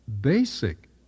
basic